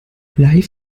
live